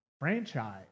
franchise